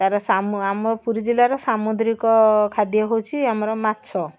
ତାର ସାମୁ ଆମ ପୁରୀ ଜିଲ୍ଲାର ସାମୁଦ୍ରିକ ଖାଦ୍ୟ ହେଉଛି ଆମର ମାଛ